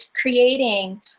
creating